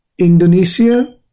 Indonesia